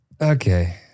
Okay